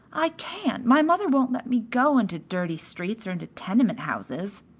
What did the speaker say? i can't my mother won't let me go into dirty streets or into tenement houses.